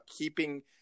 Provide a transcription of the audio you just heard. keeping